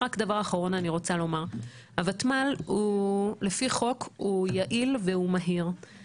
דבר אחרון שאני רוצה לומר: הותמ"ל הוא יעיל ומהיר והוא על פי חוק.